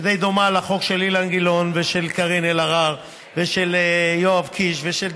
שדי דומה לחוק של אילן גילאון ושל קארין אלהרר ושל יואב קיש ושל,